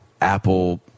apple